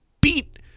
beat